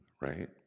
right